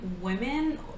women